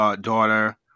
daughter